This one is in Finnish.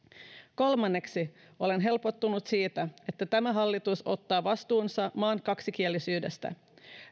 kolmanneksi olen helpottunut siitä että tämä hallitus ottaa vastuunsa maan kaksikielisyydestä